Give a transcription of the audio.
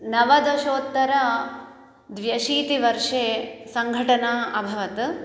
नवदशोत्तर द्व्यशीतिवर्षे सङ्घटना अभवत्